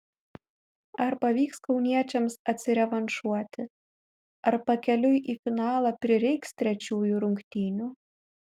ar pavyks kauniečiams atsirevanšuoti ar pakeliui į finalą prireiks trečiųjų rungtynių